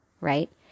right